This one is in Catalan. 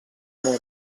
món